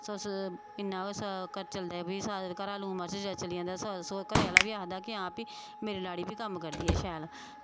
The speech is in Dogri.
ते इन्ना गै चलदा कि घरा दा लून मर्च चली जंदा ते घरै आह्ला बी आखदा कि आं भई मेरी लाड़ी बी कम्म करदी ऐ शैल